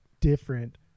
different